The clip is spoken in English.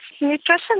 nutrition